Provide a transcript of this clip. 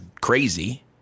crazy